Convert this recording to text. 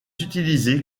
utilisé